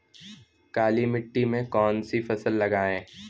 काली मिट्टी में कौन सी फसल लगाएँ?